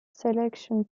selection